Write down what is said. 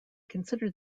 consider